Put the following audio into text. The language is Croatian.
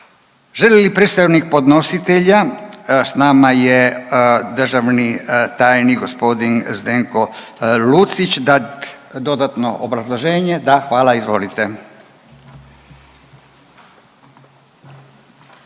Želi li predstavnik podnositelja, s nama je državni tajnik g. Zdenko Lucić, dat dodatno obrazloženje? Da, hvala, izvolite.